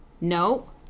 No